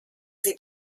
sie